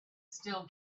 still